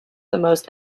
most